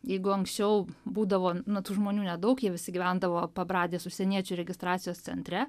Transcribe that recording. jeigu anksčiau būdavo nu tų žmonių nedaug jie visi gyvendavo pabradės užsieniečių registracijos centre